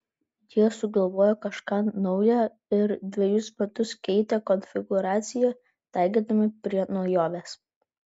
jie sugalvojo kažką nauja ir dvejus metus keitė konfigūraciją taikydami prie naujovės